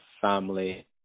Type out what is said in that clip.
family